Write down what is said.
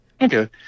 okay